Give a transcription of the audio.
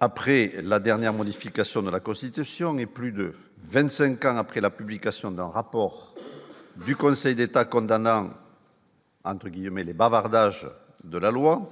après la dernière modification de la Constitution n'est plus de 25 ans après la publication d'un rapport du Conseil d'État condamnant entre guillemets les bavardages de la loi,